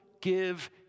give